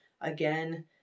again